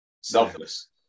selfless